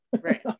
Right